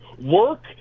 work